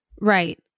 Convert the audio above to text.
Right